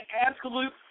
absolute